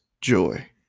joy